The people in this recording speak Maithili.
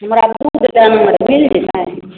हमरा दूध गायमे मिल जेतै